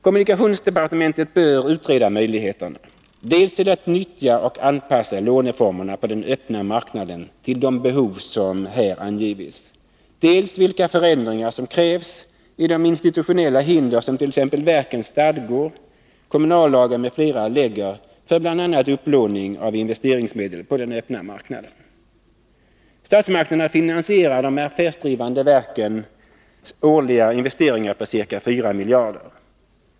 Kommunikationsdepartementet bör utreda dels möjligheterna att nyttja och anpassa låneformerna på den öppna marknaden till de behov som här angivits, dels vilka förändringar som krävs i de institutionella hinder som t.ex. verkens stadgor, kommunallagen m.fl. lägger för bl.a. upplåning av investeringsmedel på den öppna marknaden. Statsmakterna finansierar de affärsdrivande verkens årliga investeringar på ca 4 miljarder.